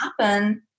happen